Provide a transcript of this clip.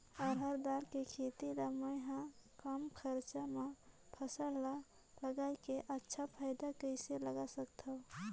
रहर दाल के खेती ला मै ह कम खरचा मा फसल ला लगई के अच्छा फायदा कइसे ला सकथव?